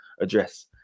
address